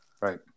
right